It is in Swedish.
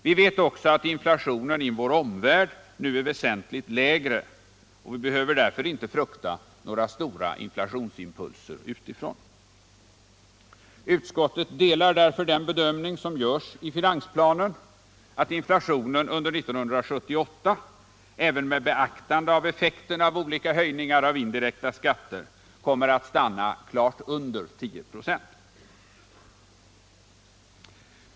Vi vet också att inflationen i vår omvärld nu är väsentligt lägre, och vi behöver därför inte frukta några stora inflationsimpulser utifrån. Utskottet delar därför den bedömning som görs i finansplanen, att inflationen under 1978 - även med beaktande av effekten av olika höjningar av indirekta skatter —- kommer att stanna klart under 10 "å.